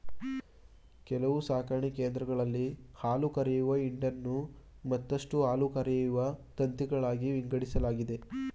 ಕೆಲವು ಸಾಕಣೆ ಕೇಂದ್ರಗಳಲ್ಲಿ ಹಾಲುಕರೆಯುವ ಹಿಂಡನ್ನು ಮತ್ತಷ್ಟು ಹಾಲುಕರೆಯುವ ತಂತಿಗಳಾಗಿ ವಿಂಗಡಿಸಲಾಗಿದೆ